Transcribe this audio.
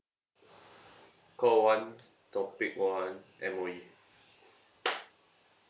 call one topic one M_O_E